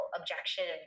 objection